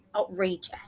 outrageous